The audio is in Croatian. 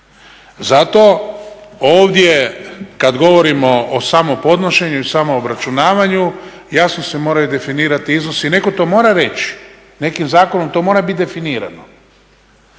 Zato ovdje kad govorimo o samo podnošenju i samo obračunavanju jasno se moraju definirati iznosi. Netko to mora reći, nekim zakonom to mora bit definirano.